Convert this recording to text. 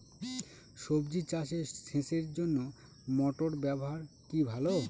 সবজি চাষে সেচের জন্য মোটর ব্যবহার কি ভালো?